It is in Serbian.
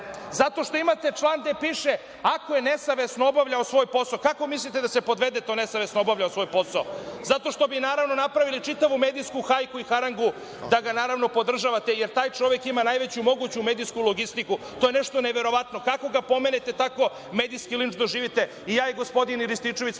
Zato što imate član gde piše – ako je nesavesno obavljao svoj posao. Kako mislite da se podvede to „nesavesno obavljao svoj posao“? Zato što bi, naravno, napravili čitavu medijsku hajku i harangu da ga, naravno, podržavate jer taj čovek ima najveću moguću medijsku logistiku. To je nešto neverovatno. Kako ga pomenete, tako medijski linč doživite. I ja i gospodin Rističević